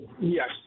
Yes